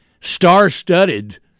star-studded